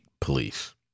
police